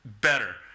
better